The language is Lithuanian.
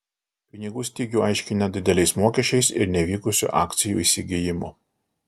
pinigų stygių aiškina dideliais mokesčiais ir nevykusiu akcijų įsigijimu